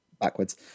backwards